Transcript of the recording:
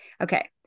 Okay